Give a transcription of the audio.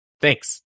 Thanks